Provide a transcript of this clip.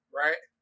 right